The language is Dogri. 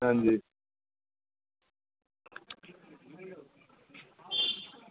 आं जी